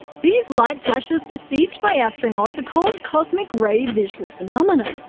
these light flashes perceived by astronauts are called cosmic ray visual phenomena.